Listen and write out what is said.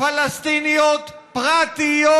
פלסטיניות פרטיות,